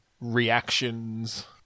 reactions